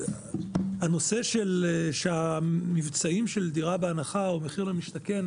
הנושא שהמבצעים של דירה בהנחה או מחיר למשתכן,